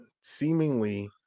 seemingly